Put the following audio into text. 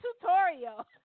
tutorial